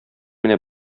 менә